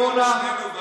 תדבר בשמנו,